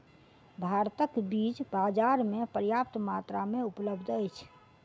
भारतक बीज बाजार में पर्याप्त मात्रा में उपलब्ध अछि